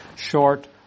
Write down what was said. short